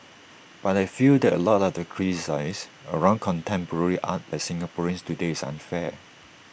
but I feel that A lot of the criticise around contemporary art by Singaporeans today is unfair